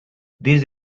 these